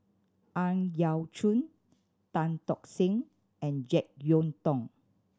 Ang Yau Choon Tan Tock Seng and Jek Yeun Thong